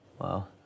Wow